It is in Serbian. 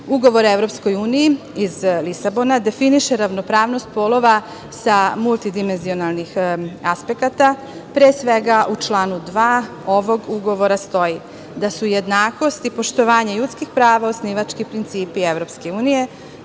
godine. Ugovor o EU iz Lisabona definiše ravnopravnost polova sa multidimenzionih aspekata. Pre svega, u članu 2. ovog ugovora stoji da su jednakost i poštovanje ljudskih prava osnivački principi EU. Lisabonski